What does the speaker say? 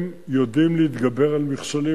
הם יודעים להתגבר על מכשולים.